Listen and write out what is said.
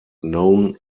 known